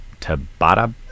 Tabata